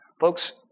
Folks